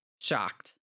shocked